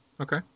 Okay